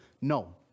no